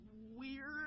weird